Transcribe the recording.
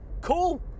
cool